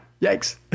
Yikes